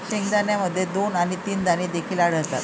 शेंगदाण्यामध्ये दोन आणि तीन दाणे देखील आढळतात